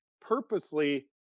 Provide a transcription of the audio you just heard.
purposely